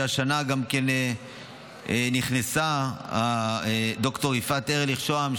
השנה גם נכנסה ד"ר יפעת ארליך שהם,